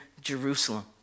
Jerusalem